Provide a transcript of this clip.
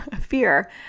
fear